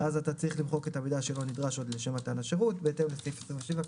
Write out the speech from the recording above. הוא צריך למחוק את המילה שלא נדרש עוד לשם מתן השירות בהתאם לסעיף 27,